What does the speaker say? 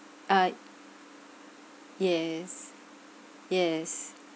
uh yes yes